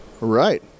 Right